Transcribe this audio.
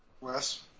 Wes